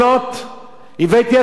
והממשלה דוחה את זה.